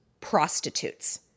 prostitutes